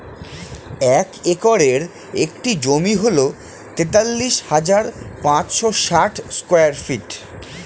এক একরের একটি জমি হল তেতাল্লিশ হাজার পাঁচশ ষাট স্কয়ার ফিট